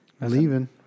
Leaving